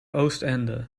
oostende